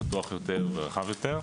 בטוח יותר ורחב יותר,